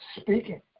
speaking